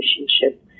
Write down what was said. relationship